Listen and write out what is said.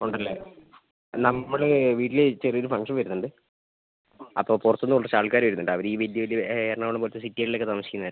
ഉണ്ടല്ലേ നമ്മൾ വീട്ടിൽ ചെറിയൊരു ഫംഗ്ഷൻ വരുന്നുണ്ട് അപ്പോൾ പുറത്തുനിന്ന് കുറച്ച് ആൾക്കാർ വരുന്നുണ്ട് അവർ ഈ വലിയ വലിയ എറണാകുളം പോലത്തെ സിറ്റികളിലൊക്കെ താമസിക്കുന്നവരാണ്